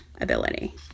ability